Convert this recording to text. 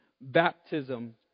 baptism